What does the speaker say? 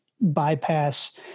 bypass